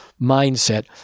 mindset